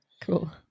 Cool